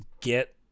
get